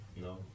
No